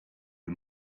the